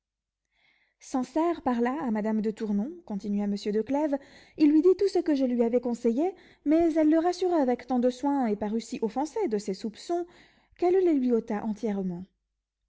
sancerre parla à madame de tournon continua monsieur de clèves il lui dit tout ce que je lui avais conseillé mais elle le rassura avec tant de soin et parut si offensée de ses soupçons qu'elle les lui ôta entièrement